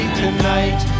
tonight